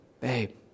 babe